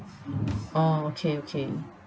oh okay okay